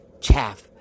chaff